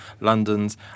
London's